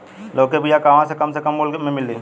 लौकी के बिया कहवा से कम से कम मूल्य मे मिली?